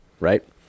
Right